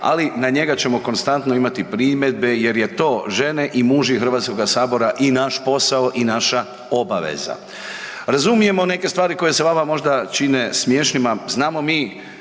ali na njega ćemo konstantno imati primjedbe jer je to žene i muži HS i naš posao i naša obaveza. Razumijemo neke stvari koje se vama možda čine smiješnima, znamo mi